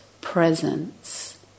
presence